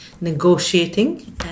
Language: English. negotiating